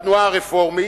בתנועה הרפורמית,